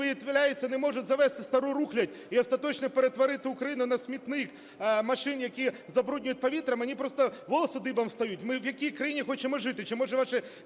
не можуть завезти стару рухлядь і остаточно перетворити Україну на смітник машин, які забруднюють повітря, мені просто волоси дибом стають. Ми в якій країні хочемо жити, чи, може, ваші